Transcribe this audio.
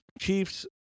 Chiefs